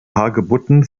hagebutten